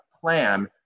plan